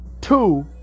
Two